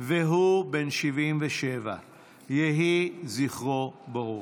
והוא בן 77. יהי זכרו ברוך.